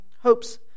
Hope's